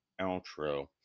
outro